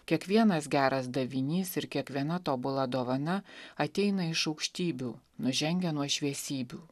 kiekvienas geras davinys ir kiekviena tobula dovana ateina iš aukštybių nužengia nuo šviesybių